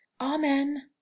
Amen